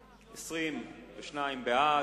בעד,